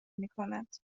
میکند